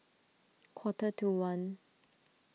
quarter to one